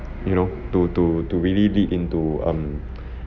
you know to to to really lead into um